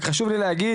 רק חשוב לי להגיד,